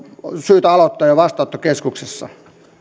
syytä aloittaa jo vastaanottokeskuksessa